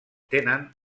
tenen